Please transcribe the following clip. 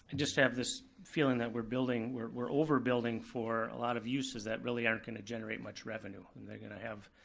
and just have this feeling that we're building, we're we're overbuilding for a lot of uses that really aren't gonna generate much revenue. they're gonna have